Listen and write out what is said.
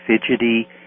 fidgety